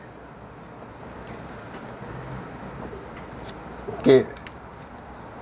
okay